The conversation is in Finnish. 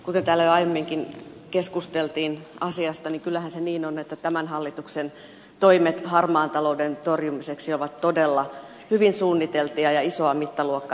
kuten täällä jo aiemminkin keskusteltiin asiasta niin kyllähän se niin on että tämän hallituksen toimet harmaan talouden torjumiseksi ovat todella hyvin suunniteltuja ja isoa mittaluokkaa